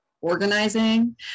organizing